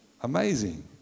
amazing